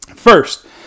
First